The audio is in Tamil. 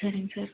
சரிங்க சார்